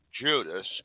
Judas